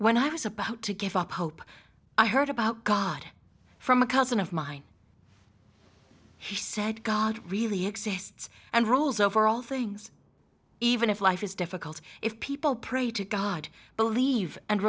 when i was about to give up hope i heard about god from a cousin of mine he said god really exists and rolls over all things even if life is difficult if people pray to god believe and